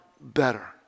better